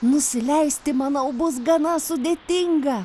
nusileisti manau bus gana sudėtinga